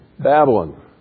Babylon